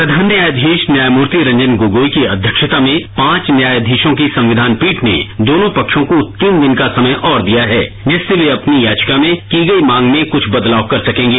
प्रधान न्यायाधीश न्यायमूर्ति रंजन गोगोई की अध्यक्षता में पांच न्यायाधीशों की संविधान पीठ ने दोनों पक्षों को तीन दिन का समय और दिया है जिससे वे अपनी याचिका में की गई मांग में कुछ बदलाव कर सकेंगे